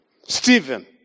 Stephen